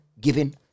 given